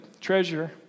treasure